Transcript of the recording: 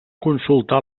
consultar